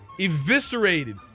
eviscerated